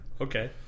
Okay